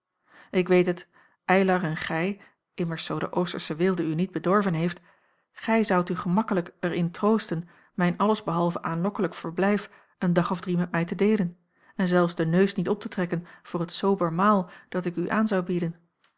ik weet het eylar en gij immers zoo de oostersche weelde u niet bedorven heeft gij zoudt u gemakkelijk er in troosten mijn alles behalve aanlokkelijk verblijf een dag of drie met mij te deelen en zelfs den neus niet op te trekken voor het sober maal dat ik u aan zou bieden